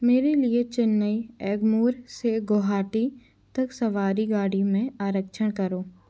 मेरे लिए चैन्नई एग्मोर से गुवाहाटी तक सवारी गाड़ी में आरक्षण करो